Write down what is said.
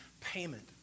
payment